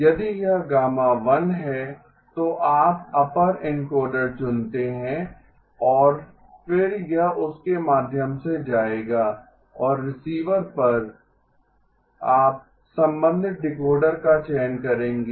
यदि यह γ1 है तो आप अपर एनकोडर चुनते हैं और फिर यह उसके माध्यम से जाएगा और रिसीवर पर आप संबंधित डिकोडर का चयन करेंगे